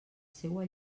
seua